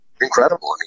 incredible